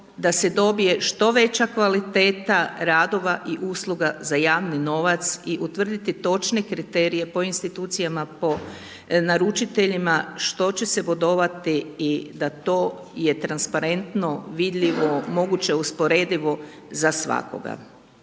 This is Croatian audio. da se dobije što veća kvaliteta radova i usluga za javni novac i utvrditi točne kriterije po institucijama, po naručiteljima što će se bodovati i da to je transparentno vidljivo, moguće usporedivo za svakoga.